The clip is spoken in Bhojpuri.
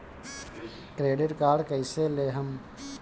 क्रेडिट कार्ड कईसे लेहम?